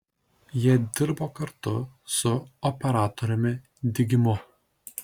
jie dirbo kartu su operatoriumi digimu